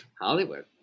Hollywood